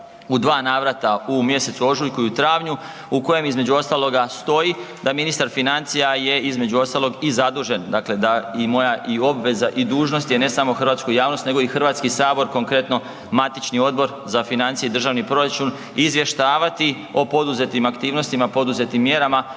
u dva navrata, u mjesecu ožujku i u travnju u kojem između ostaloga stoji da ministar financija je između ostalog i zadužen, dakle da i moja i obveza i dužnost je, ne samo hrvatsku javnost nego i Hrvatski sabor, konkretno, matični Odbor za financije i državni proračun izvještavati o poduzetim aktivnostima, poduzetim mjerama,